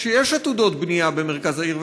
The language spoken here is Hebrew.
כשיש עתודות בנייה במרכז העיר,